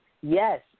yes